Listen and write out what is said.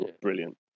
Brilliant